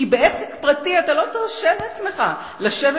כי בעסק פרטי אתה לא תרשה לעצמך לשבת